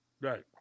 Right